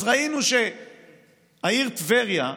אז ראינו שהעיר טבריה,